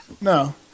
No